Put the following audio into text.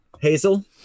Hazel